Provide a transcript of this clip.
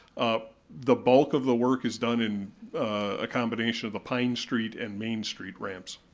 um the bulk of the work is done in a combination of the pine street and main street ramps.